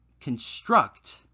construct